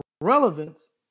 relevance